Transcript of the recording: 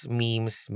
memes